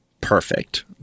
perfect